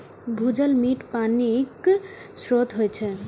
भूजल मीठ पानिक स्रोत होइ छै